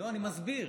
אני מסביר.